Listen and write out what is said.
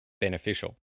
beneficial